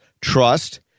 Trust